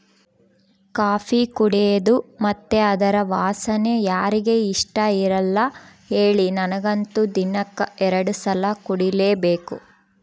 coffee ಕುಡೇದು ಮತ್ತೆ ಅದರ ವಾಸನೆ ಯಾರಿಗೆ ಇಷ್ಟಇರಲ್ಲ ಹೇಳಿ ನನಗಂತೂ ದಿನಕ್ಕ ಎರಡು ಸಲ ಕುಡಿಲೇಬೇಕು